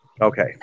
Okay